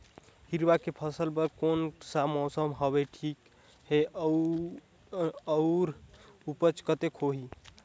हिरवा के फसल बर कोन सा मौसम हवे ठीक हे अउर ऊपज कतेक होही?